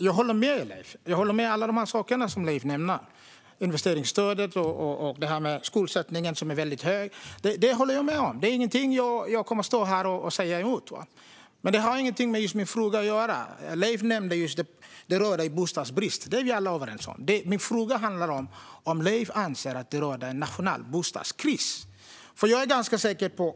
Fru talman! Jag håller med om alla de saker som Leif nämner: investeringsstödet och den väldigt höga skuldsättningen. Det är inget som jag kommer att säga emot. Men det har inget med just min fråga att göra. Leif nämnde att det råder bostadsbrist. Det är vi alla överens om. Men min fråga handlade om ifall Leif anser att det råder en nationell bostadskris.